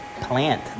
plant